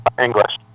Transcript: English